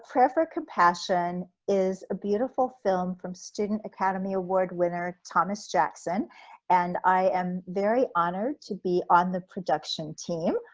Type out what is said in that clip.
for for compassion is a beautiful film from student academy award winner thomas jackson and i am very honored to be on the production team.